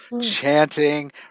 chanting